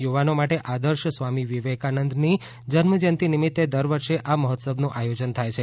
યુવાનો માટે આદર્શ સ્વામી વિવેકાનંદની જન્મજયંતી નિમિત્તે દર વર્ષે આ મહોત્સવનું આયોજન થાય છે